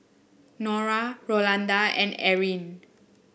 Nora Rolanda and Erin